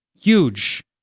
Huge